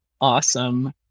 awesome